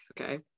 okay